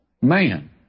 Man